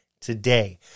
today